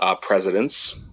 presidents